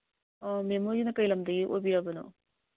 ꯑꯣ ꯃꯦꯝꯍꯣꯏꯒꯤꯅ ꯀꯩ ꯂꯝꯗꯒꯤ ꯑꯣꯏꯕꯤꯔꯕꯅꯣ